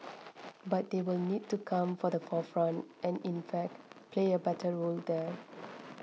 but they will need to come for the forefront and in fact play a better role there